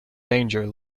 danger